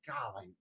golly